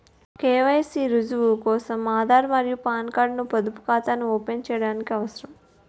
KYC కి రుజువు కోసం ఆధార్ మరియు పాన్ కార్డ్ ను పొదుపు ఖాతాను ఓపెన్ చేయడానికి అవసరం